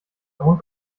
own